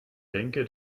denke